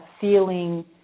feeling